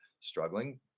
struggling